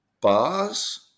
bars